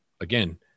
again